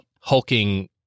hulking